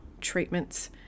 treatments